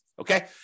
okay